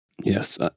Yes